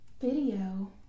Video